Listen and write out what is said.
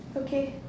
okay